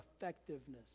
effectiveness